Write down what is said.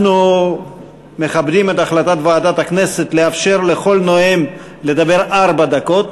אנחנו מכבדים את החלטת ועדת הכנסת לאפשר לכל נואם לדבר ארבע דקות,